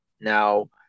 Now